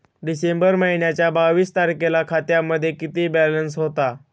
डिसेंबर महिन्याच्या बावीस तारखेला खात्यामध्ये किती बॅलन्स होता?